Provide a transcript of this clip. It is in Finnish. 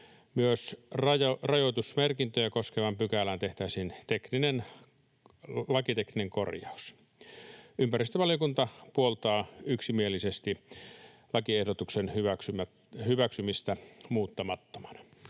Myös rajoitusmerkintöjä koskevaan pykälään tehtäisiin lakitekninen korjaus. Ympäristövaliokunta puoltaa yksimielisesti lakiehdotuksen hyväksymistä muuttamattomana.